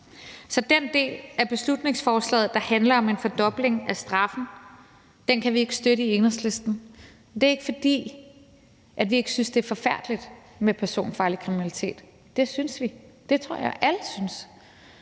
Så den del af beslutningsforslaget, der handler om en fordobling af straffen, kan vi ikke støtte i Enhedslisten. Det er ikke, fordi vi ikke synes, det er forfærdeligt med personfarlig kriminalitet. Det synes vi. Det tror jeg alle synes.